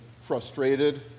frustrated